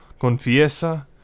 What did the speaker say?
confiesa